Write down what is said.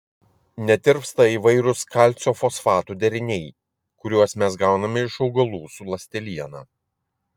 netirpsta įvairūs kalcio fosfatų deriniai kuriuos mes gauname iš augalų su ląsteliena